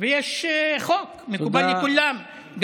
ויש חוק מקובל לכולם.